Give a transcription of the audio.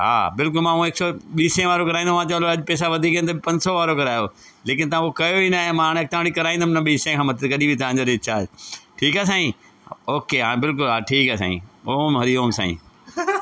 हां बिल्कुलु मां हूअं एक्चुअल ॿी सै वारो कराईंदो आहियां चलो अॼु पैसा वधीक आहिनि त पंज सौ वारो करायो लेकिन तव्हां उहो कयो ई ना आहे मां हाणे अॻता वरी कराईंदमि न ॿी सै खां मथे कॾहिं बि तांजो रिचार्ज ठीक आहे साईं ओके हा बिल्कुलु हा ठीकु आहे साईं ओम हरि ओम साईं